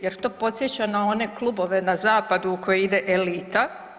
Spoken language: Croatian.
Jer to podsjeća na one klubove na zapadu u koje ide elita.